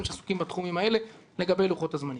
שעוסקים בתחומים האלה לגבי לוחות הזמנים.